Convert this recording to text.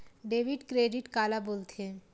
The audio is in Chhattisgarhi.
डेबिट क्रेडिट काला बोल थे?